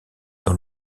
dans